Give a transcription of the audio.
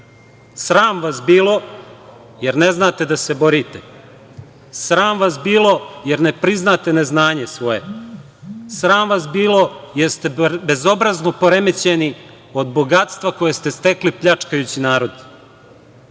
Sram vas bilo jer ne znate da se borite. Sram vas bilo jer ne priznate neznanje svoje. Sram vas bilo jer ste bezobrazno poremećeni od bogatstva koje ste stekli pljačkajući narod.